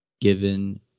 given